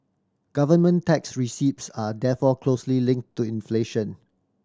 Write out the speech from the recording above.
government tax receipts are therefore closely linked to inflation